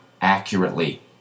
accurately